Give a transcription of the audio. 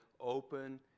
open